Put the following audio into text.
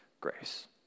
grace